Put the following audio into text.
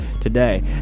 today